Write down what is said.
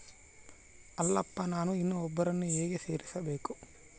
ಅಲ್ಲಪ್ಪ ನಾನು ಇನ್ನೂ ಒಬ್ಬರನ್ನ ಹೇಗೆ ಸೇರಿಸಬೇಕು?